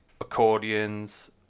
accordions